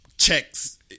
Checks